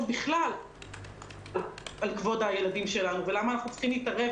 בכלל על כבוד הילדים שלנו ולמה אנחנו צריכים להתערב